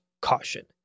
caution